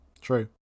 True